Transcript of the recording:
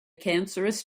cancerous